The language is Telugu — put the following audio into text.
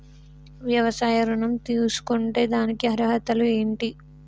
వ్యవసాయ ఋణం తీసుకుంటే దానికి అర్హతలు ఏంటి?